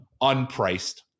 unpriced